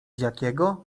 jakiego